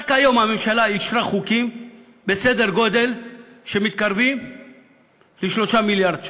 רק היום הממשלה אישרה חוקים בסדר גודל שמתקרב ל-3 מיליארד שקל.